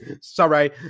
Sorry